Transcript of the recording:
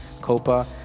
COPA